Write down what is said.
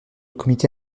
comité